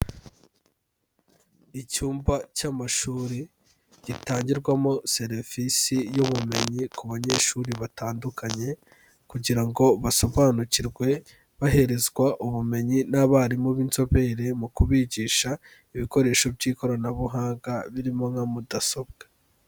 Icyumba cy'amashuri gitangirwamo serivisi y'ubumenyi ku banyeshuri batandukanye kugira ngo basobanukirwe boherezwa ubumenyi n'abarimu b'inzobere mu kubigisha ibikoresho by'ikoranabuhanga birimo nka mudasobwa.